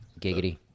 Giggity